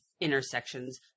intersections